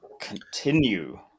continue